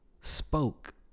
spoke